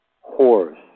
horse